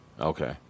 Okay